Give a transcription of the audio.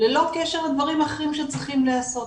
ללא קשר לדברים אחרים שצריכים להיעשות,